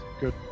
Good